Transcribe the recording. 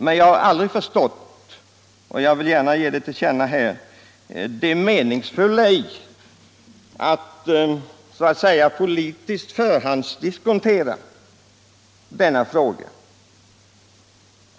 Men jag har aldrig förstått — det vill jag gärna ge till känna — det meningsfulla i att politiskt förhandsdiskontera denna fråga.